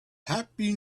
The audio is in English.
happy